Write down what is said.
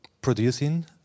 producing